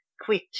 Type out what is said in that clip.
quit